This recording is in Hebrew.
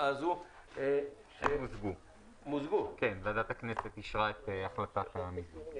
הן מוזגו, ועדת הכנסת אישרה את החלטת המיזוג.